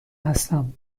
هستم